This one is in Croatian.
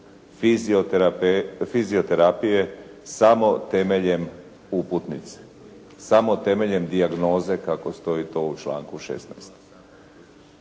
fizioterapije samo temeljem uputnice. Samo temeljem dijagnoze kako stoji to u članku 16.